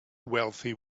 wealthy